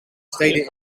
steden